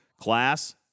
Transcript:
Class